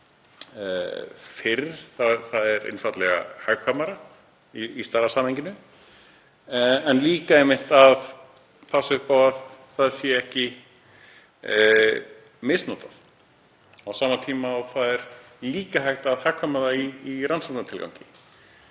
fyrr, það er einfaldlega hagkvæmara í stærra samhenginu, en líka einmitt að passa upp á að það sé ekki misnotað, á sama tíma og það er líka hægt að hagnýta það í rannsóknartilgangi.